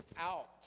out